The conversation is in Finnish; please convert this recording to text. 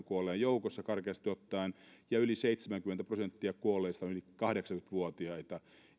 kuolleen joukossa karkeasti ottaen ja yli seitsemänkymmentä prosenttia kuolleista on yli kahdeksankymmentä vuotiaita